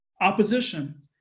opposition